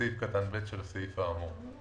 בסעיף קטן (ב) של הסעיף האמור,